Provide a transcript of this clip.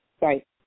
Right